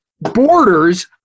borders